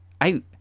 out